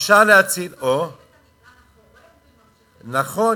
או שזורקים את המטען החורג וממשיכים, נכון.